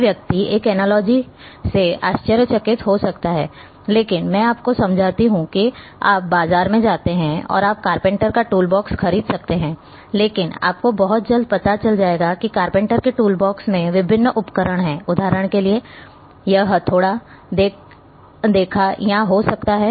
कोई व्यक्ति इस एनालॉजी से आश्चर्यचकित हो सकता है लेकिन मैं आपको समझाता हूं कि आप बाजार में जाते हैं और आप कारपेंटर का टूलबॉक्स खरीद सकते हैं लेकिन आपको बहुत जल्द पता चल जाएगा कि कारपेंटर के टूलबॉक्स में विभिन्न उपकरण हैं उदाहरण के लिए यह हथौड़ा देखा या हो सकता है